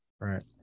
Right